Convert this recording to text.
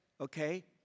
okay